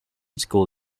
school